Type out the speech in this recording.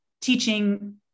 teaching